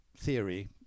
theory